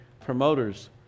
promoters